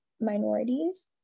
minorities